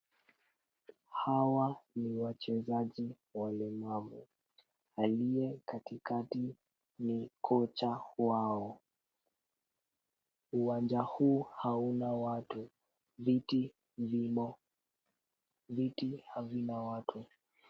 Hawa ni wachezaji walemavu. Aliye katikati ni kocha wao, uwanja huu hauna watu, viti havina watu.